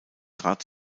trat